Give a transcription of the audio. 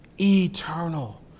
eternal